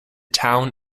town